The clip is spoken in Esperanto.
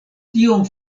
tiom